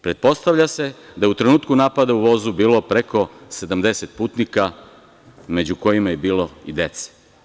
Pretpostavlja se da je u trenutku napada u vozu bilo preko 70 putnika, među kojima je bilo i dece.